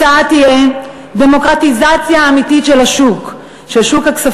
התוצאה תהיה דמוקרטיזציה אמיתית של שוק הכספים,